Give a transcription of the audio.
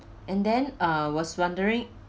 and then uh was wondering